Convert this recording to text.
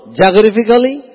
geographically